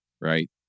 right